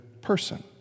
person